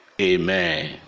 amen